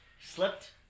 slipped